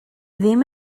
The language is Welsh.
ddim